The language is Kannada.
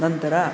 ನಂತರ